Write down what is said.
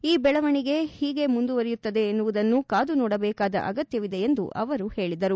ಈ ಬೆಳವಣಿಗೆ ಹೇಗೆ ಮುಂದುವರಿಯುತ್ತದೆ ಎನ್ನುವುದನ್ನು ಕಾದು ನೋಡಬೇಕಾದ ಅಗತ್ಯವಿದೆ ಎಂದು ಅವರು ಹೇಳಿದರು